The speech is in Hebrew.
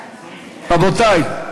רבותי,